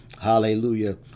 hallelujah